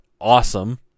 awesome